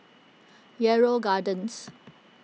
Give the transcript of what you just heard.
Yarrow Gardens